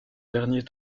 dernier